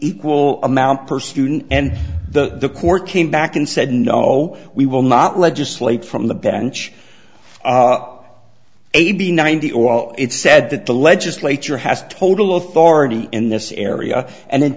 equal amount per student and the court came back and said no we will not legislate from the bench eighty ninety or it's said that the legislature has total of forty in this area and